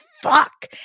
fuck